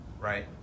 Right